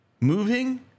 moving